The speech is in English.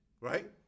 right